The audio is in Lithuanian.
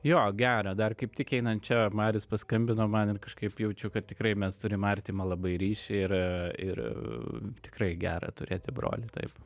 jo gera dar kaip tik einant čia marius paskambino man ir kažkaip jaučiu kad tikrai mes turim artimą labai ryšį ir ir tikrai gera turėti brolį taip